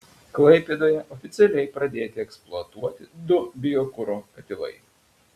klaipėdoje oficialiai pradėti eksploatuoti du biokuro katilai